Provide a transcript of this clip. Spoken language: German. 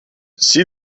sie